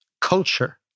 culture